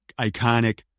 iconic